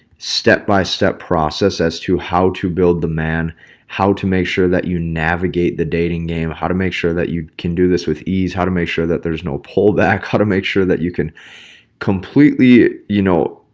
step by step process as to how to build the man how to make sure that you navigate the dating game, how to make sure that you can do this with ease, how to make sure that there's no pull back how to make sure that you can completely you know,